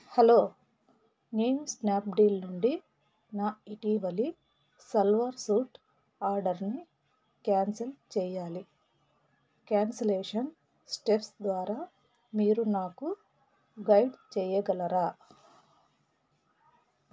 hello నేను Snapdeal నుండి నా ఇటీవలి సల్వార్ సూట్ ఆర్డర్ని క్యాన్సల్ చేయాలి క్యాన్స్లేషన్ స్టెప్స్ ద్వారా మీరు నాకు గైడ్ చెయ్యగలరా